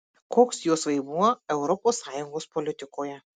koks jos vaidmuo europos sąjungos politikoje